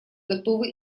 готовы